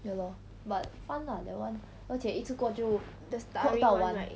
ya lor but fun lah that [one] 而且一次过就 clock 到完